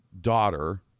daughter